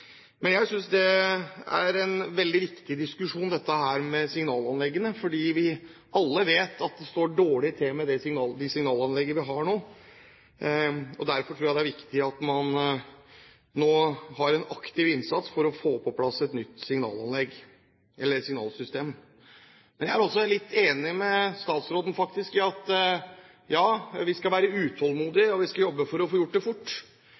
Men jeg synes at dette med signalanleggene er en veldig viktig diskusjon, for alle vet at det står dårlig til med det signalanlegget vi har nå. Derfor tror jeg det er viktig at man nå gjør en aktiv innsats for å få på plass et nytt signalsystem. Jeg er faktisk litt enig med statsråden i at vi skal være utålmodige, og vi skal jobbe for å få gjort det fort,